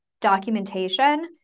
documentation